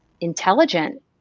intelligent